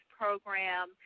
program